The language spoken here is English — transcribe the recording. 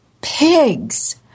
pigs